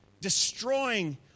destroying